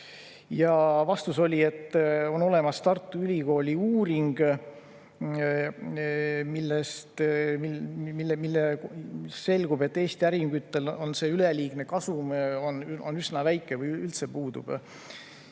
Ja vastus oli, et on olemas Tartu Ülikooli uuring, millest selgub, et Eesti äriühingutel see üleliigne kasum on üsna väike või üldse puudub.